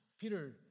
Peter